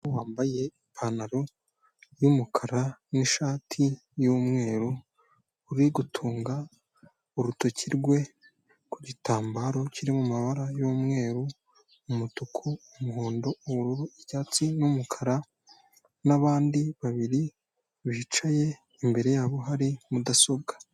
Umugore wambaye ipantaro y'umukara nishati y'umweru, uri gutunga urutoki rwe ku gitambaro kiri mu mabara y'umweru umutuku umuhondo ubururu icyatsi n'umukara n'abandi babiri bicaye imbere yabo hari mudasobwa.